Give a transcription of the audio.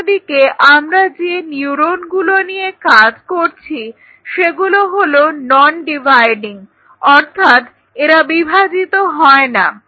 অন্যদিকে আমরা যে নিউরনগুলো নিয়ে কাজ করছি সেগুলো হলো নন ডিভাইডিং অর্থাৎ এরা বিভাজিত হয় না